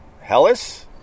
hellas